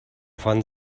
von